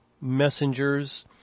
messengers